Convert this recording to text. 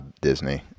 Disney